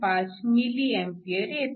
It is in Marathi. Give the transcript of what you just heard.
5 mA येते